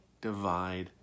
divide